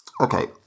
Okay